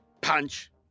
punch